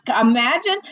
Imagine